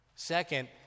Second